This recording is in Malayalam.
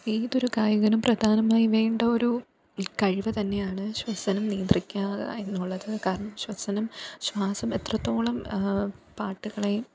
ഏതൊരു ഗായകനും പ്രധാനമായി വേണ്ട ഒരു കഴിവ് തന്നെയാണ് ശ്വസനം നിയന്ത്രിക്കുക എന്നുള്ളത് കാരണം ശ്വസനം ശ്വാസം എത്രത്തോളം പാട്ടുകളെയും